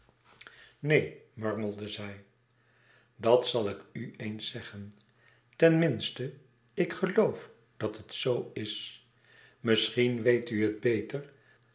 neen murmelde zij dat zal ik u eens zeggen ten minste ik geloof dat het zoo is misschien weet u het beter